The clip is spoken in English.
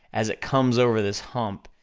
as it comes over this hump,